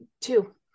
Two